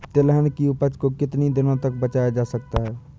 तिलहन की उपज को कितनी दिनों तक बचाया जा सकता है?